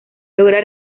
logra